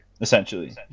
essentially